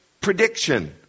prediction